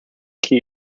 key